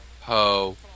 ho